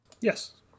Yes